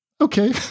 Okay